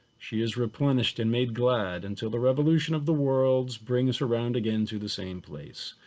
she is replenished and made glad until the revolution of the worlds bring us around again to the same place.